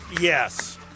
Yes